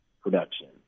Production